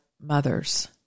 mother's